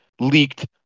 leaked